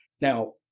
Now